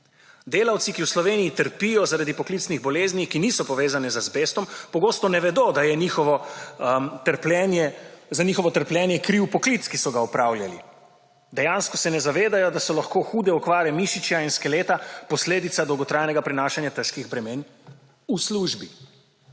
Delavci, ki v Sloveniji trpijo zaradi poklicnih bolezni, ki niso povezane z azbestom, pogosto ne vedo, da je za njihovo trpljenje kriv poklic, ki so ga opravljali. Dejansko se ne zavedajo, da so lahko hude okvare mišičja in skeleta posledica dolgotrajnega prenašanja težkih bremen v službi.